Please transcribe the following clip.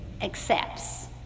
accepts